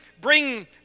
bring